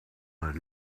that